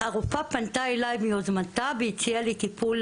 והרופאה פנתה אליי ביוזמתה והציעה לי טיפול